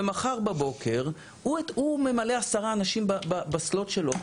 ומחר בבוקר הוא ממלא עשרה אנשים בסלוט שלו.